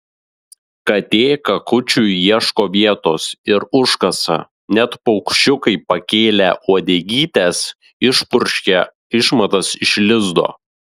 katė kakučiui ieško vietos ir užkasa net paukščiukai pakėlę uodegytes išpurškia išmatas iš lizdo